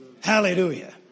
Hallelujah